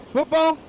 Football